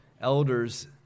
elders